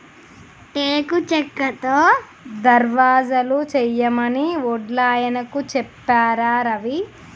టేకు చెక్కతో దర్వాజలు చేయమని వడ్లాయనకు చెప్పారా రవి